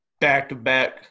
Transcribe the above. Back-to-back